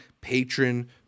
patron